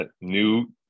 new